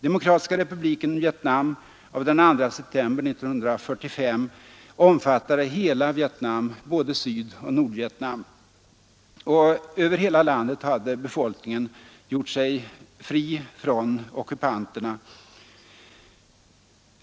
Demokratiska republiken Vietnam av den 2 september 1945 omfattade hela Vietnam, både Sydoch Nordvietnam. Över hela landet hade befolkningen gjort sig fri från ockupanterna.